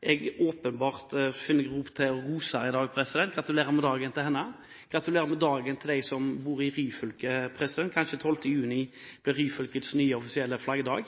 jeg åpenbart vil rose i dag – gratulerer med dagen til henne. Gratulerer med dagen til dem som bor i Ryfylke – kanskje 12. juni blir Ryfylkes nye offisielle flaggdag.